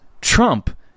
Trump